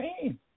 pain